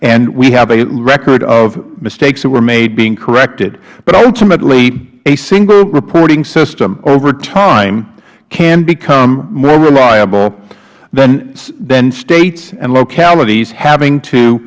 and we have a record of mistakes that were made being corrected but ultimately a single reporting system over time can become more reliable than states and localities having to